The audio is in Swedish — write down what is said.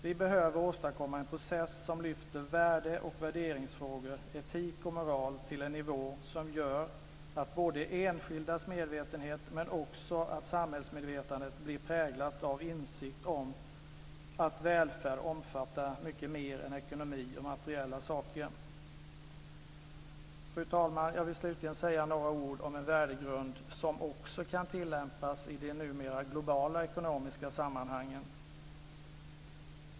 Vi behöver åstadkomma en process som lyfter värde och värderingsfrågor, etik och moral till en nivå som gör att både enskildas medvetenhet men också samhällsmedvetandet blir präglat av insikten om att välfärd omfattar mycket mer än ekonomi och materiella saker. Fru talman! Jag vill slutligen säga några ord om en värdegrund som också kan tillämpas i de numera globala ekonomiska sammanhangen.